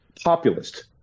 populist